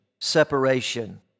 separation